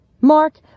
Mark